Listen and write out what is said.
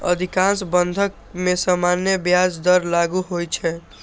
अधिकांश बंधक मे सामान्य ब्याज दर लागू होइ छै